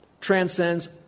transcends